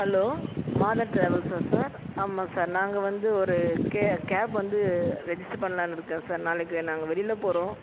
hello Matha ட்ராவல்ஸா sir ஆமாம் sir நாங்கள் வந்து ஒரு கேப் வந்து ரெஜிஸ்டர் பண்லாம்னு இருக்கேன் சார் நாளைக்கு நாங்கள் வெளியில் போகிறோம்